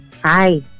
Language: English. Hi